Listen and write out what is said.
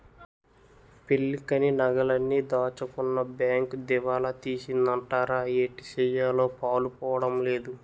పెళ్ళికని నగలన్నీ దాచుకున్న బేంకు దివాలా తీసిందటరా ఏటిసెయ్యాలో పాలుపోడం లేదు